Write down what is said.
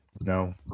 No